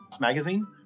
Magazine